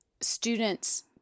students